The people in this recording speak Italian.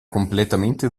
completamente